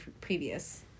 previous